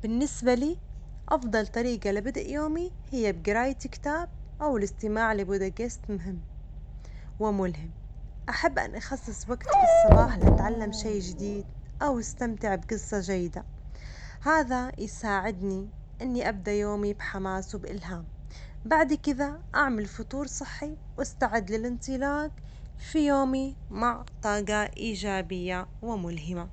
بالنسبة لي، أفضل طريجة لبدء يومي هي بجراءتي كتاب أو الاستماع لبودكاست مهم وملهم، أحب أن أخصص وجت في الصباح لتعلم شيء جديد أو أستمتع بجصة جيدة، هذا يساعدني إني أبدأ يومي بحماس و بإلهام، بعد كذا أعمل فطور صحي وأستعد للانطلاج في يومي مع طاجة إيجابية وملهمة.